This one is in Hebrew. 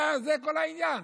זה כל העניין,